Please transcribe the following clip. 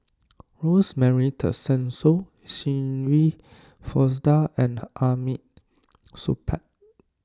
Rosemary Tessensohn Shirin Fozdar and Hamid Supaat